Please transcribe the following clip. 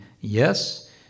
yes